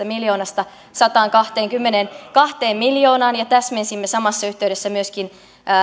miljoonasta sataankahteenkymmeneenkahteen miljoonaan ja täsmensimme samassa yhteydessä myöskin